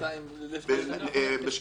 שנתיים האחרונות?